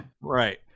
Right